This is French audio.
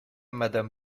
madame